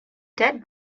debt